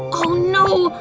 oh no!